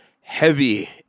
heavy